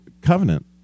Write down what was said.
covenant